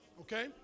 okay